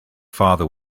father